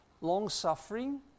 long-suffering